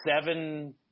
seven